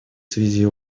связи